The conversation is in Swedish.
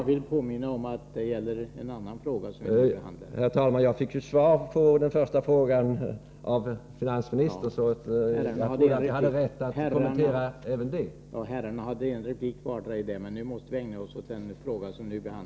Jag vill påminna om att debatten nu avser en annan fråga. Herrarna har redan i var sin replik berört den föregående frågan, och debatten måste därmed begränsas till den nu aktuella frågan.